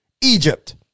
Egypt